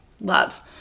love